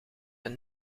een